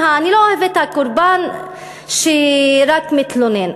אני לא אוהבת את הקורבן שרק מתלונן.